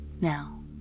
Now